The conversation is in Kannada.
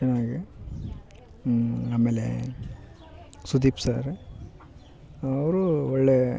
ಚೆನ್ನಾಗಿ ಆಮೇಲೆ ಸುದೀಪ್ ಸರ್ ಅವರು ಒಳ್ಳೆ